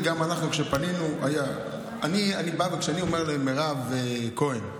וגם אנחנו, כשפנינו, היה, וכשאני אומר למירב כהן,